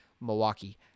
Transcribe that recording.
Milwaukee